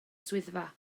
swyddfa